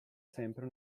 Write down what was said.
sempre